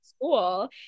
school